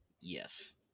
Yes